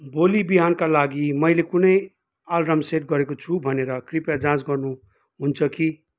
भोलि बिहानका लागि मैले कुनै आलराम सेट गरेको छु कि भनेर कृपया जाँच गर्नु हुन्छ कि